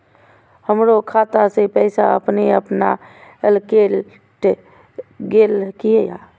हमरो खाता से पैसा अपने अपनायल केट गेल किया?